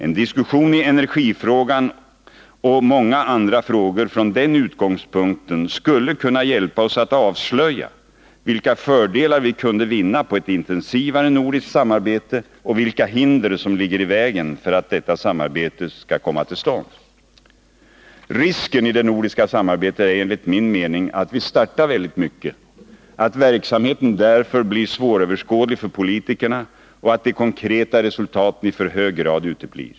En diskussion från den utgångspunkten i energifrågan och många andra frågor kunde hjälpa oss att avslöja vilka fördelar vi kunde vinna på ett intensivare nordiskt samarbete och vilka hinder som ligger i vägen för att detta samarbete skall komma till stånd. Risken i det nordiska samarbetet är enligt min mening att vi startar väldigt mycket, att verksamheten därför blir svåröverskådlig för politikerna och att de konkreta resultaten i för hög grad uteblir.